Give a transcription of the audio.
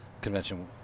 convention